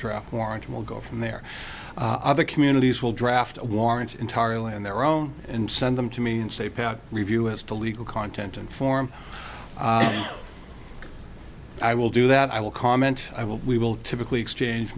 draft warrant it will go from there other communities will draft warrants entirely on their own and send them to me and say pout review as to legal content and form i will do that i will comment i will we will typically exchange